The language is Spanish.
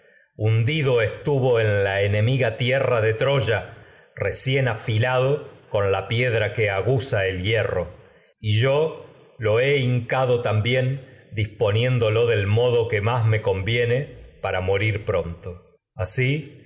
hundido estuvo con en la enemiga que tierra de troya yo recién lo he afilado la piedra aguza el hierro y modo hincado también dispo conviene para niéndolo del que más me morir pronto asi